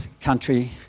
country